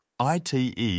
ITE